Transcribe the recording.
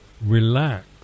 relax